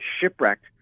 shipwrecked